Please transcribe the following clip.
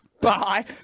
bye